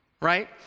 right